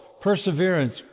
perseverance